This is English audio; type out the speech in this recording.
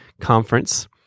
Conference